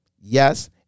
Yes